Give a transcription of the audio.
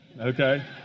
Okay